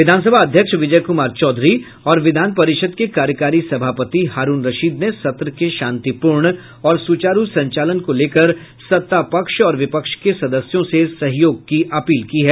विधानसभा अध्यक्ष विजय कुमार चौधरी और विधान परिषद् के कार्यकारी सभापति हारूण रशीद ने सत्र के शांतिपूर्ण और सुचारू संचालन को लेकर सत्तापक्ष और विपक्ष के सदस्यों से सहयोग की अपील की है